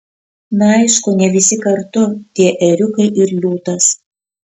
na aišku ne visi kartu tie ėriukai ir liūtas